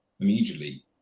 immediately